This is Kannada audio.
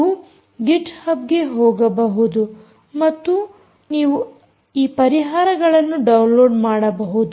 ನೀವು ಗಿಟ್ ಹಬ್ಗೆ ಹೋಗಬಹುದು ಮತ್ತು ನೀವು ಈ ಪರಿಹಾರಗಳನ್ನು ಡೌನ್ಲೋಡ್ ಮಾಡಬಹುದು